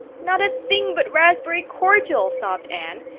not a thing but raspberry cordial, sobbed anne.